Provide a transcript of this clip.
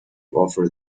offer